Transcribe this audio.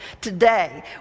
today